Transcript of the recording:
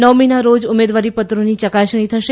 નવમી એ ઉમેદવારીપત્રોની ચકાસણી થશે